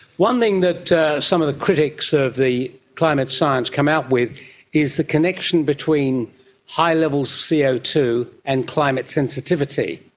one thing that some of the critics of the climate science come out with is the connection between high-levels of c o two and climate sensitivity,